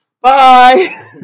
Bye